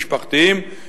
משפחתיים,